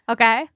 Okay